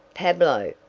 pablo,